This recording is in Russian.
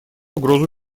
угрозу